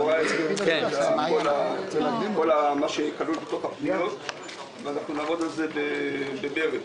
--- כל מה שיהיה כלול בתוך הפניות ואנחנו נעבוד על זה במרץ.